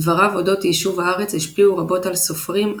דבריו אודות יישוב הארץ השפיעו רבות על סופרים,